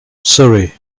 surrey